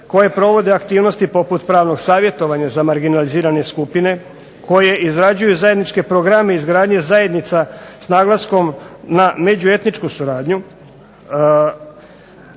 koje provode pravne aktivnosti poput pravnog savjetovanja za marginalizirane skupine koje izrađuju zajedničke programe izgradnje zajednica s naglaskom na međuetničku suradnju.